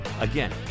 Again